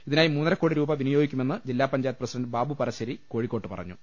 ഇതിനായി മൂന്ന രക്കോടി വിനിയോഗിക്കുമെന്ന് ജില്ലാപഞ്ചായത്ത് പ്രസിഡണ്ട് ബാബു പറശ്ശേരി കോഴിക്കോട്ട് പറഞ്ഞു